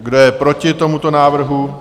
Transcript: Kdo je proti tomuto návrhu?